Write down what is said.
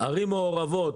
ערים מעורבות.